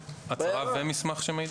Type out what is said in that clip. הצהרה ומסמך שמעיד על כך?